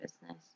business